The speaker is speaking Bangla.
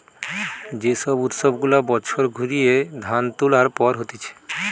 যে সব উৎসব গুলা বছর ঘুরিয়ে ধান তুলার পর হতিছে